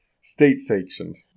state-sanctioned